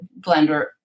blender